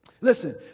Listen